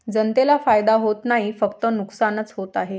जनतेला फायदा होत नाही, फक्त नुकसानच होत आहे